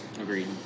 Agreed